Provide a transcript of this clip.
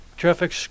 Traffic